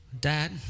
Dad